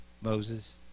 Moses